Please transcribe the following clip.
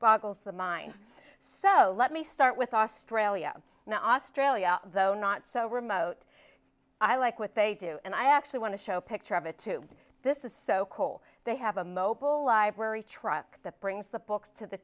boggles the mind so let me start with australia now australia though not so remote i like what they do and i actually want to show a picture of a tube this is so cole they have a mobile library truck that brings the books to the